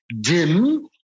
DIM